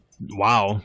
wow